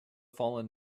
fallen